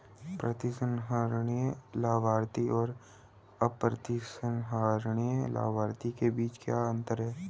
प्रतिसंहरणीय लाभार्थी और अप्रतिसंहरणीय लाभार्थी के बीच क्या अंतर है?